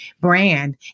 brand